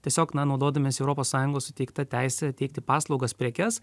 tiesiog na naudodamiesi europos sąjungos suteikta teise teikti paslaugas prekes